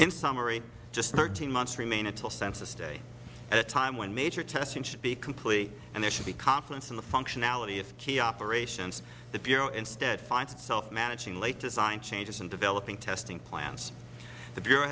in summary just thirteen months remain until census day at a time when major testing should be complete and there should be confidence in the functionality of key operations the bureau instead finds itself managing late design changes and developing testing plans the bureau